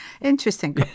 Interesting